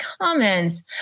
comments